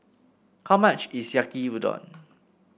how much is Yaki Udon